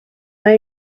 mae